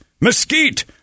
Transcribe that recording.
mesquite